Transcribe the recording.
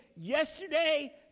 yesterday